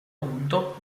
punto